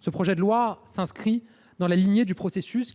Ce texte s’inscrit dans la lignée du processus